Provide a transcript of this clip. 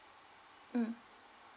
mm